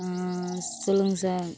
ஆ சொல்லுங்கள் சார்